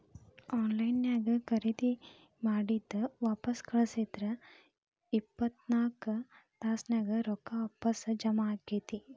on ಲೈನ್ ನ್ಯಾಗ್ ಖರೇದಿ ಮಾಡಿದ್ ವಾಪಸ್ ಕಳ್ಸಿದ್ರ ಇಪ್ಪತ್ನಾಕ್ ತಾಸ್ನ್ಯಾಗ್ ರೊಕ್ಕಾ ವಾಪಸ್ ಜಾಮಾ ಆಕ್ಕೇತಿ